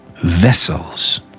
vessels